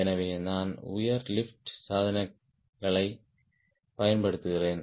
எனவே நான் உயர் லிப்ட் சாதனங்களைப் பயன்படுத்துகிறேன்